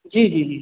जी जी जी